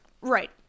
right